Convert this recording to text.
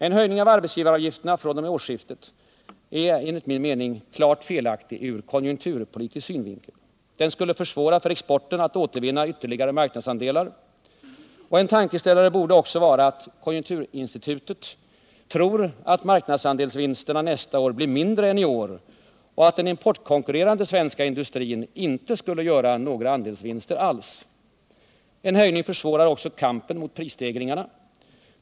En höjning av arbetsgivaravgifterna fr.o.m. årsskiftet är enligt min mening klart felaktig ur konjunkturpolitisk synvinkel. Den skulle försvåra för exporten att återvinna ytterligare marknadsandelar. En tankeställare borde också vara att konjunkturinstitutet tror att marknadsandelsvinsterna nästa år blir mindre än i år och att den importkonkurrerande svenska industrin inte kommer att göra några sådana andelsvinster alls. En höjning försvårar också kampen mot prisstegringarna.